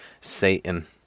Satan